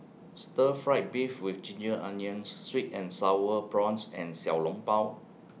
Stir Fry Beef with Ginger Onions Sweet and Sour Prawns and Xiao Long Bao